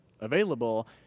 available